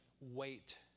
wait